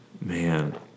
Man